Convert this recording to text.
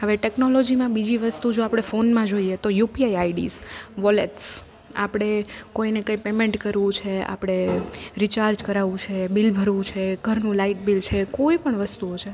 હવે ટેકનોલોજીમાં બીજી વસ્તુ જો આપણે ફોનમાં જોઈએ તો યુપીઆઈ આઇડીસ વૉલેટ્સ આપણે કોઈને કંઈ પેમેન્ટ કરવું છે આપણે રિચાર્જ કરાવવું છે બિલ ભરવું છે ઘરનું લાઇટ બિલ છે કોઈપણ વસ્તુઓ છે